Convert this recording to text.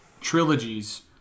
trilogies